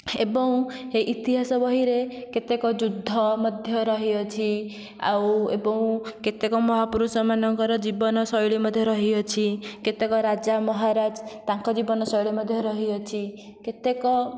ଏବଂ ହେଇ ଇତିହାସ ବହିରେ କେତେକ ଯୁଦ୍ଧ ମଧ୍ୟ ରହିଅଛି ଆଉ ଏବଂ କେତେକ ମହାପୁରୁଷମାନଙ୍କର ଜୀବନ ଶୈଳୀ ମଧ୍ୟ ରହିଅଛି କେତେକ ରାଜା ମହାରାଜ ତାଙ୍କ ଜୀବନ ଶୈଳୀ ମଧ୍ୟ ରହିଅଛି କେତେକ